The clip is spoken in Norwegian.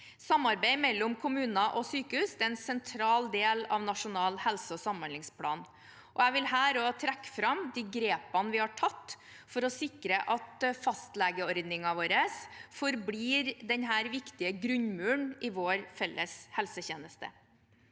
Samarbeid mellom kommuner og sykehus er en sentral del av Nasjonal helse- og samhandlingsplan. Jeg vil her også trekke fram de grepene vi har tatt for å sikre at fastlegeordningen vår forblir den viktige grunnmuren i vår felles helsetjeneste.